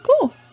cool